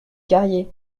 carrier